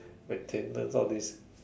maintenance all this